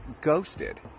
ghosted